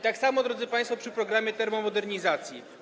Tak samo, drodzy państwo, przy programie termomodernizacji.